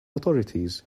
authorities